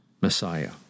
Messiah